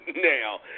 now